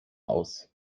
aus